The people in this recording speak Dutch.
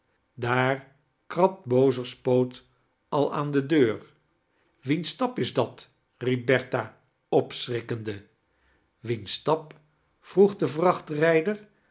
daar krabt bozer's poot al aan de deur wiens stap is dat riep bertha opschrikkende wiens stap vroeg de